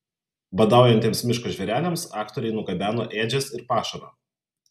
badaujantiems miško žvėreliams aktoriai nugabeno ėdžias ir pašaro